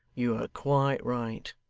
you are quite right